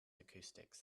acoustics